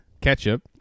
ketchup